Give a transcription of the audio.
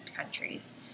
countries